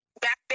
back